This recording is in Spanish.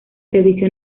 servicio